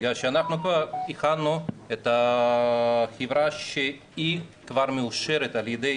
בגלל שאנחנו התחלנו את החברה שהיא כבר מאושרת על ידי